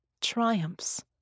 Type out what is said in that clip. Triumphs